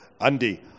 Andy